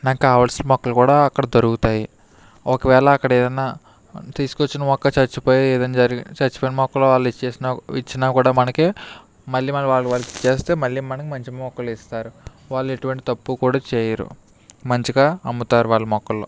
నాక్కావాల్సిన మొక్కలు కూడా అక్కడ దొరుకుతాయి ఒక వేల అక్కడేమైనా తీసుకొచ్చిన మొక్క చచ్చిపోయి ఏదైనా జరిగినా చచ్చిపోయిన మొక్కలు వాళ్ళిచ్చేసిన ఇచ్చినా కూడా మనకి మళ్ళీ వాళ్ళది వాళ్ళకిచ్చేస్తే మళ్ళీ మనం మంచి మొక్కలు ఇస్తారు వాళ్ళెటువంటి తప్పూ కూడా చెయ్యరు మంచిగా అమ్ముతారు వాళ్ళు మొక్కలు